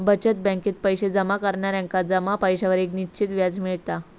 बचत बॅकेत पैशे जमा करणार्यांका जमा पैशांवर एक निश्चित व्याज मिळता